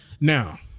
Now